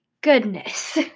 goodness